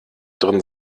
drin